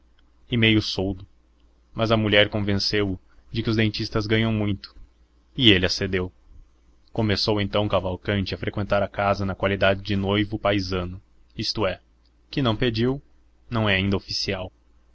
e meio soldo mas a mulher convenceu-o de que os dentistas ganham muito e ele acedeu começou então cavalcanti a freqüentar a casa na qualidade de noivo paisano isto é que não pediu não é ainda oficial